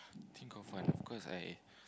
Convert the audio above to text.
think of one because I